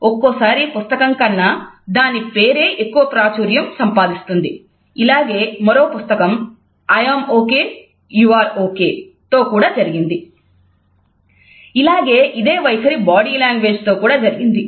ఒక్కోసారి పుస్తకం కన్నా దాని పేరే ఎక్కువ ప్రాచుర్యం సంపాదిస్తుంది ఇలాగే మరో పుస్తకం "I am okay you are okay" I'm Ok You're Ok తో కూడా జరిగింది